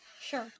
Sure